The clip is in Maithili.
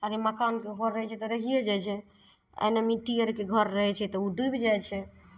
अरे मकानके घर रहै छै तऽ रहिए जाइ छै आ नहि मिट्टी आरके घर रहै छै तऽ डुबि जाइ छै